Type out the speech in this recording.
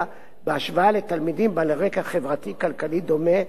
בהשוואה לתלמידים בעלי רקע חברתי כלכלי דומה,